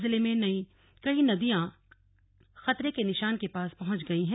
जिले में कई नदियां खतरे के निशान के पास पहुंच गई है